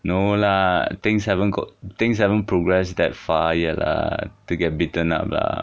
no lah things haven't got things haven't progress that far yet lah to get bitten up lah